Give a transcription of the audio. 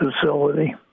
facility